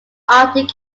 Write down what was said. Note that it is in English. arctic